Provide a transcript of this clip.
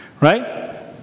Right